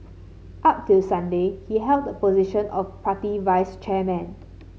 up till Sunday he held the position of party vice chairman